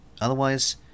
otherwise